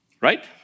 Right